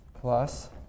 Plus